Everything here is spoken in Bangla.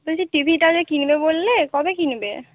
বলছি টিভিটা যে কিনবে বললে কবে কিনবে